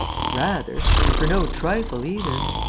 rather! and for no trifle either.